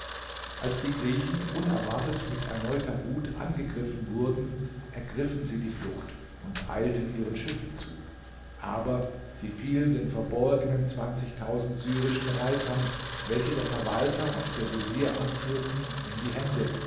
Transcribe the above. als die griechen unerwartet mit erneuter wut angegriffen wurden ergriffen sie die flucht und eilten ihren schiffen zu aber sie fielen den verborgenen zwanzigtausend syrischen reitern welche der verwalter und der vezier anführten in die hände